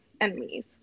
enemies